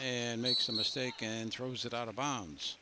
and makes a mistake and throws it out of bo